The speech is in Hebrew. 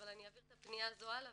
אבל אעביר את הפניה הזאת הלאה